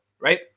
right